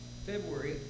February